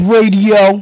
Radio